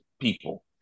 people